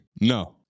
No